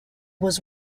was